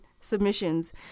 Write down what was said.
submissions